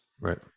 Right